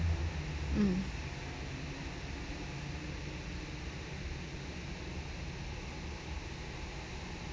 mm